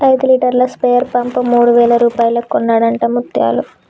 ఐదు లీటర్ల sprayer pump మూడు వేల రూపాయలకు కొన్నడట ముత్యాలు